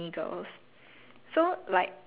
soccer right they cut their hair all damn short